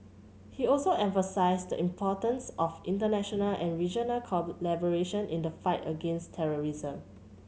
he also emphasised the importance of international and regional collaboration in the fight against terrorism